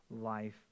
life